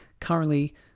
currently